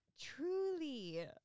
Truly